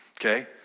Okay